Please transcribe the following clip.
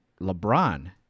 LeBron